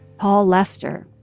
paul lester,